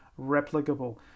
replicable